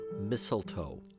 mistletoe